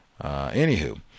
anywho